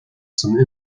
san